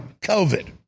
COVID